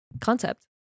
concept